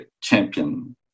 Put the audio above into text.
champion